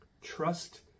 trust